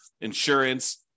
insurance